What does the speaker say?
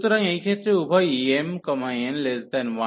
সুতরাং এই ক্ষেত্রে উভয়ই mn1